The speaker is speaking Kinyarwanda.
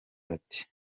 ati